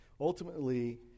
Ultimately